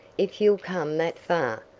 if you'll come that far,